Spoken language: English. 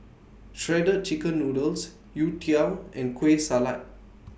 Shredded Chicken Noodles Youtiao and Kueh Salat